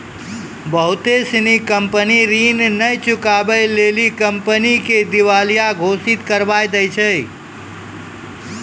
बहुते सिनी कंपनी ऋण नै चुकाबै लेली कंपनी के दिबालिया घोषित करबाय दै छै